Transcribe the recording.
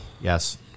Yes